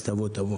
תבוא.